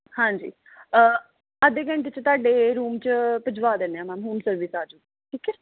ਹਾਂਜੀ ਅੱਧੇ ਘੰਟੇ 'ਚ ਤੁਹਾਡੇ ਰੂਮ 'ਚ ਭਿਜਵਾ ਦਿੰਦੇ ਹਾਂ ਮੈਮ ਰੂਮ ਸਰਵਿਸ ਆ ਜਾਊ ਠੀਕ ਹੈ